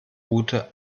route